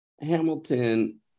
Hamilton